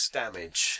damage